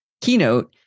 Keynote